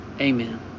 amen